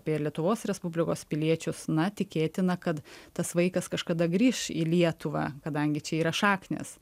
apie lietuvos respublikos piliečius na tikėtina kad tas vaikas kažkada grįš į lietuvą kadangi čia yra šaknys